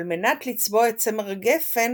על מנת לצבוע את צמר הגפן